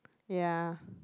ya